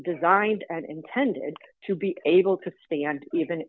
designed and intended to be able to stand even